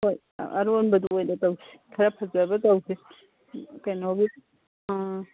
ꯍꯣꯏ ꯑꯔꯣꯟꯕꯗꯨ ꯑꯣꯏꯅ ꯇꯧꯁꯤ ꯈꯔ ꯐꯖꯕ ꯇꯧꯁꯦ ꯀꯩꯅꯣꯒꯤ ꯑꯥ